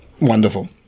wonderful